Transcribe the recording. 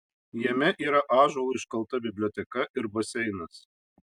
jame yra ąžuolu iškalta biblioteka ir baseinas